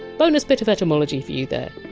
bonus bit of etymology for you there.